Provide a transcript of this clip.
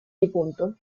difunto